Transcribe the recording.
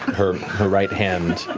her her right hand,